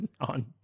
on